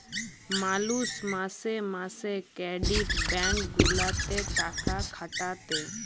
মালুষ মাসে মাসে ক্রেডিট ব্যাঙ্ক গুলাতে টাকা খাটাতে